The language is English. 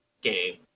game